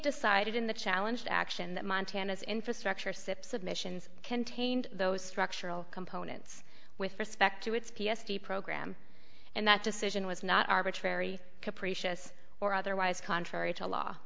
decided in the challenge to action that montana's infrastructure sipp submissions contained those structural components with respect to its p s t program and that decision was not arbitrary capricious or otherwise contrary to law